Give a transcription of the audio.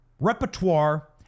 repertoire